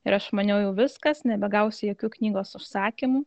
ir aš maniau jau viskas nebegausiu jokių knygos užsakymų